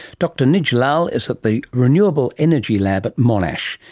dr nij lal is at the renewable energy lab at monash.